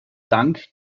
dank